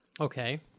Okay